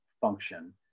function